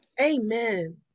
Amen